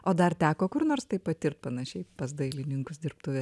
o dar teko kur nors taip pat ir panašiai pas dailininkus dirbtuvėje